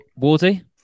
Wardy